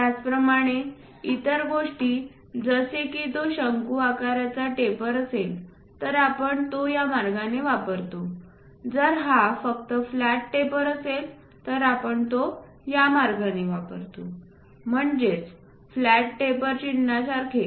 त्याचप्रमाणे इतर गोष्टी जसे की तो शंकूच्या आकाराचा टेपर असेल तर आपण तो या मार्गाने वापरतो जर हा फक्त फ्लॅट टेपर असेल तर आपण तो या मार्गाने वापरतो म्हणजेच फ्लॅट टेपर चिन्हासारखे